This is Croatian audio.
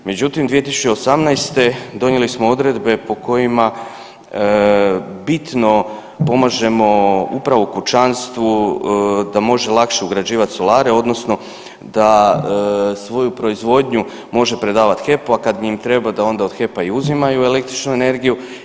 Međutim, 2018. donijeli smo odredbe po kojima bitno pomažemo upravo kućanstvu da može lakše ugrađivat solare odnosno da svoju proizvodnju može predavat HEP-u, a kad im treba da onda od HEP-a i uzimaju električnu energiju.